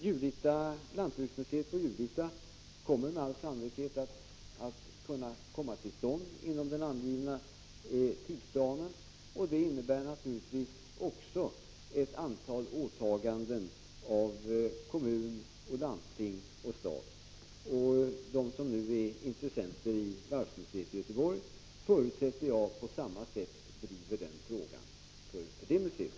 Julita lantbruksmuseum kommer med all sannolikhet att kunna komma till stånd inom den angivna tidsplanen, och det innebär naturligtvis också ett antal åtaganden av kommun, landsting och stat. Jag förutsätter att de som nu är intressenter i varvsmuseet i Göteborg driver den frågan på samma sätt för det museets räkning.